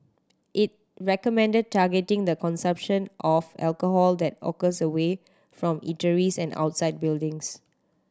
it recommended targeting the consumption of alcohol that occurs away from eateries and outside buildings